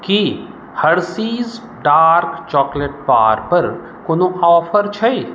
की Hershey's dark chocolate बारपर कोनो offer छै